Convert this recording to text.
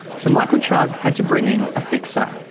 so michael chugg had to bring in a fixer.